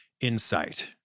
insight